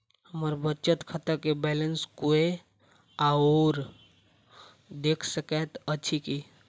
हम्मर बचत खाता केँ बैलेंस कोय आओर देख सकैत अछि की